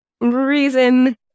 reason